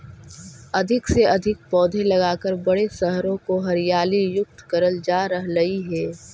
अधिक से अधिक पौधे लगाकर बड़े शहरों को हरियाली युक्त करल जा रहलइ हे